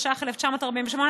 התש"ח 1948,